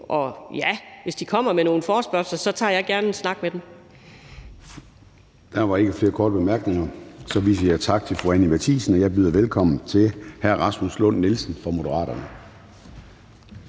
Og ja, hvis de kommer med nogle forespørgsler, tager jeg gerne en snak med dem. Kl. 13:56 Formanden (Søren Gade): Der er ikke flere korte bemærkninger, så vi siger tak til fru Anni Matthiesen, og jeg byder velkommen til hr. Rasmus Lund-Nielsen fra Moderaterne.